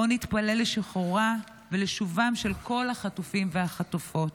בואו נתפלל לשחרורה ולשובם של כל החטופים והחטופות.